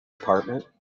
apartment